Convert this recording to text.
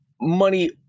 money